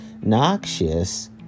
noxious